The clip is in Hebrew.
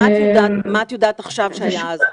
מה את יודעת עכשיו שהיה אז?